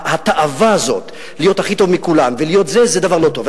התאווה הזאת להיות הכי טוב מכולם, זה דבר לא טוב.